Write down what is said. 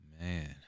Man